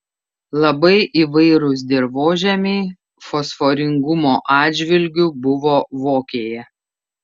labai įvairūs dirvožemiai fosforingumo atžvilgiu buvo vokėje